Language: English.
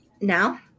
now